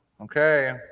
Okay